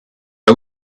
are